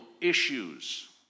issues